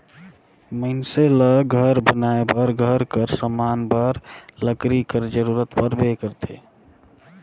मइनसे ल घर बनाए बर, घर कर समान बर लकरी कर जरूरत परबे करथे